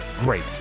great